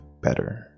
better